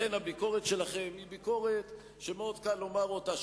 לכן הביקורת שלכם היא ביקורת שמאוד קל לומר אותה,